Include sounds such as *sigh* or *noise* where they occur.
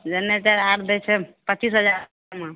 *unintelligible* दै छै पच्चीस हजारमे